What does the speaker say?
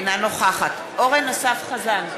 אינה נוכחת אורן אסף חזן,